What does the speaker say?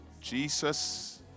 Jesus